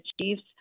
Chiefs